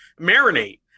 marinate